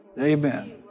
amen